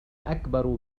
أكبر